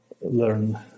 learn